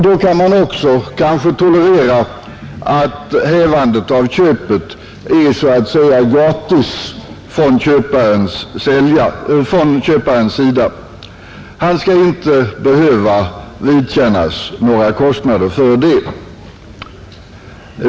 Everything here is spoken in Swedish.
Då kan man också kanske tolerera att hävandet av köpet är så att säga gratis från köparens sida, Han skall inte behöva vidkännas några kostnader för det.